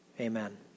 Amen